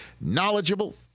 knowledgeable